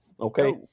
Okay